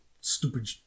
stupid